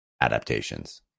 adaptations